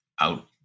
out